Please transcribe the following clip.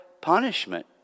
punishment